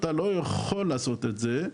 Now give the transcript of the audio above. אתה לא יכול לעשות את זה,